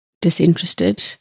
disinterested